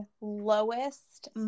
lowest